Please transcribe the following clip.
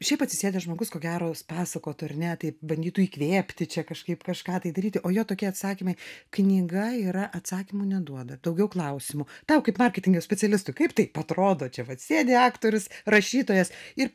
šiaip atsisėdęs žmogus ko gero pasakotų ar ne taip bandytų įkvėpti čia kažkaip kažką tai daryti o jo tokie atsakymai knyga yra atsakymų neduoda daugiau klausimų tau kaip marketingo specialistui kaip taip atrodo čia vat sėdi aktorius rašytojas ir